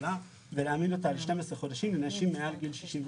האבטלה ולהעמיד אותה על 12 חודשים לנשים מעל גיל 60 ומעלה.